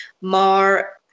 more